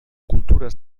cultura